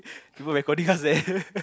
people recording us leh